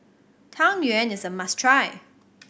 Tang Yuen is a must try